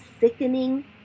sickening